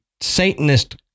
Satanist